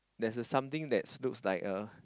there's a something that looks like a